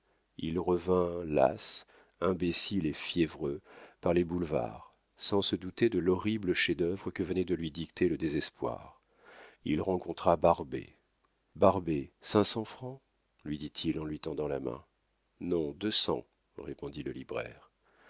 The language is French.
il revint las imbécile et fiévreux par les boulevards sans se douter de l'horrible chef-d'œuvre que venait de lui dicter le désespoir il rencontra barbet barbet cinq cents francs lui dit-il en lui tendant la main non deux cents répondit le libraire